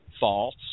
false